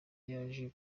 yaje